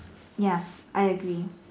ya I agree